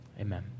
Amen